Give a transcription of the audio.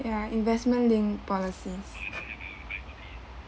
ya investment linked policies